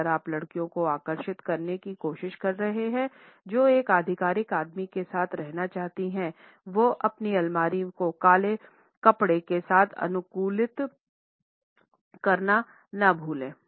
अगर आप लड़कियों को आकर्षित करने की कोशिश कर रहे हैं जो एक आधिकारिक आदमी के साथ रहना चाहते हैं तो अपनी अलमारी को काले कपड़े के साथ अनुकूलित करना न भूलें